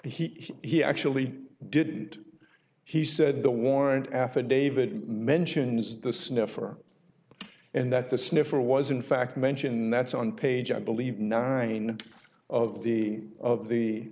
what he actually did and he said the warrant affidavit mentions the sniffer and that the sniffer was in fact mentioned that's on page i believe nine of the of the